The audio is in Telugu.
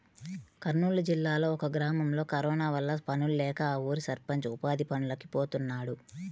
కర్నూలు జిల్లాలో ఒక గ్రామంలో కరోనా వల్ల పనుల్లేక ఆ ఊరి సర్పంచ్ ఉపాధి పనులకి పోతున్నాడు